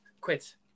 quit